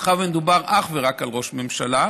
מאחר שמדובר אך ורק על ראש הממשלה,